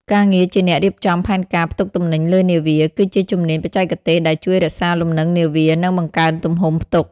ការងារជាអ្នករៀបចំផែនការផ្ទុកទំនិញលើនាវា គឺជាជំនាញបច្ចេកទេសដែលជួយរក្សាលំនឹងនាវា និងបង្កើនទំហំផ្ទុក។